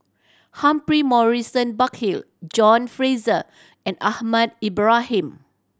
Humphrey Morrison Burkill John Fraser and Ahmad Ibrahim